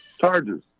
charges